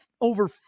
over